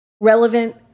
relevant